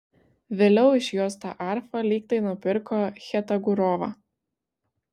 vėliau iš jos tą arfą lyg tai nupirko chetagurova